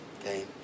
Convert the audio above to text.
Okay